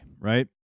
right